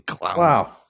Wow